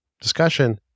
discussion